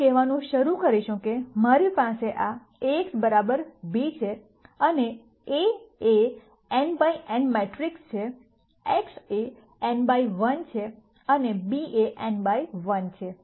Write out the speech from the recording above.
આપણે કહેવાનું શરૂ કરીશું કે મારી પાસે આ Ax b છે અને a એ n બાય n મેટ્રિક્સ છે x એ n બાય 1 છે અને b એ n બાય 1 છે